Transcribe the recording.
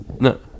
No